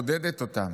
מעודדת אותם.